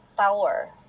Tower